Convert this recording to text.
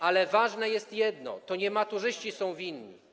Ale ważne jest jedno: to nie maturzyści są winni.